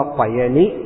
payani